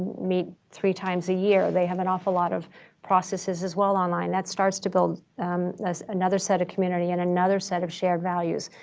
meet three times a year. they have an awful lot of processes as well online. that starts to build another set of community and another set of shared values.